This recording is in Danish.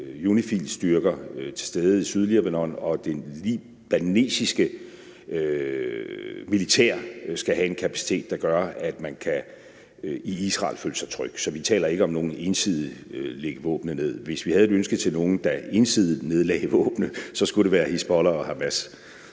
UNIFIL-styrker til stede i Sydlibanon, og at det libanesiske militær skal have en kapacitet, der gør, at man i Israel kan føle sig tryg. Så vi taler ikke om ensidigt at lægge våbnene ned. Hvis vi havde et ønske til nogen, der ensidigt nedlagde våbnene, skulle det være Hizbollah og Hamas.